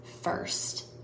first